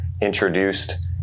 introduced